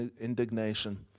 indignation